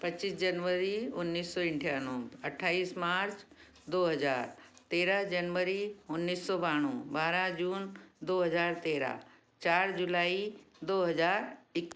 पच्चीस जनवरी उन्नीस सौ इट्ठानू अट्ठाईस मार्च दो हजार तेरह जनवरी उन्नीस सौ बानु बारह जून दो हजार तेरह चार जुलाई दो हजार इक